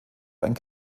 ein